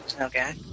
okay